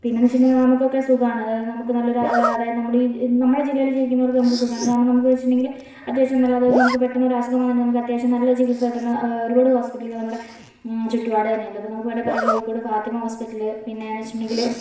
പിന്നെയെന്ന് വെച്ചിട്ടുണ്ടെങ്കിൽ നമുക്കൊക്കെ സുഖമാണ് അതായത് നമുക്ക് നല്ലൊരു അതായത് നമ്മളീ നമ്മളെ ജില്ലയില് ജീവിക്കുന്നവർക്ക് നമ്മൾക്ക് സുഖമാണ് കാരണം നമുക്ക് വെച്ചിട്ടുണ്ടെങ്കില് അത്യാവശ്യം നല്ല അതായത് നമുക്ക് പെട്ടന്നൊരു അസുഖം വന്നാൽ നമ്മൾക്ക് അത്യാവശ്യം നല്ലൊരു ചികിത്സ കിട്ടുന്ന ഒരുപാട് ഹോസ്പിറ്റലുകൾ നമ്മുടെ ചുറ്റുപാട് തന്നെയുണ്ട് ഇപ്പോൾ നമുക്ക് വേണമെങ്കിൽ പറയാം കോഴിക്കോട് ഫാത്തിമാ ഹോസ്പിറ്റൽ പിന്നെയെന്ന് വെച്ചിട്ടുണ്ടെങ്കില്